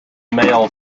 males